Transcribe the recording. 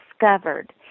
discovered